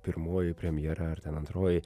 pirmoji premjera ar ten antroji